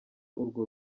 urwo